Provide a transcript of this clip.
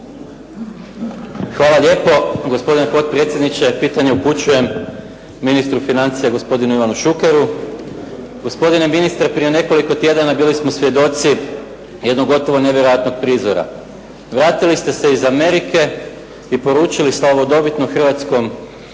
Hvala lijepo. Gospodine potpredsjedniče pitanje upućujem ministru financija gospodinu Ivanu Šukeru. Gospodine ministre prije nekoliko tjedana bili smo svjedoci jednog gotovo nevjerojatnog prizora. Vratili ste se iz Amerike i poručili slavodobitno hrvatskom